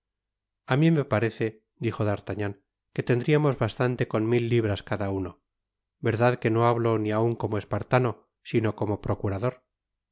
a mi me parece dijo d'artagnan que tendriamos bastante con mil libras cada uno verdad que no hablo ni aun como espartano sino como procurador